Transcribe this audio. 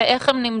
זה איך הם נמדדים.